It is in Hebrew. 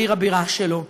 לעיר הבירה שלו.